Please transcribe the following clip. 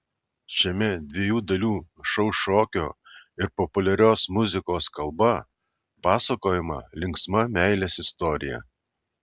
šiame dviejų dalių šou šokio ir populiarios muzikos kalba pasakojama linksma meilės istorija